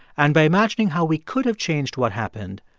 and by imagining how we could have changed what happened,